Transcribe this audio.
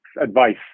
advice